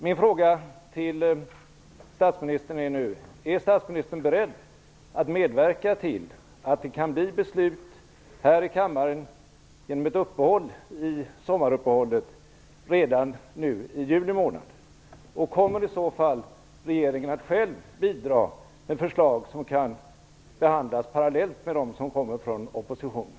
Min fråga till statsministern är nu: Är statsministern beredd att medverka till att det kan bli beslut här i kammaren genom ett avbrott i sommaruppehållet redan i juli månad? Kommer regeringen i så fall själv att bidra med förslag som kan behandlas parallellt med dem som kommer från oppositionen?